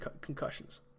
concussions